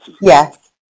Yes